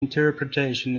interpretation